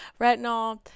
retinol